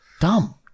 dumb